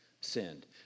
sinned